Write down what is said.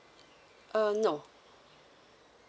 uh no